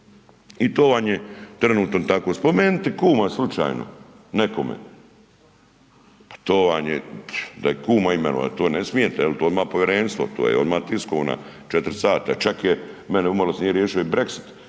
i to vam je trenutno tako. Spomenuti kuma slučajno nekome pa to vam, da je kuma imenovat, to ne smijete, to odmah povjerenstvo, to je odmah tiskovna 4 sata, čak je meni umalo se nije riješio Brexit,